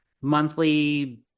monthly